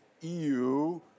EU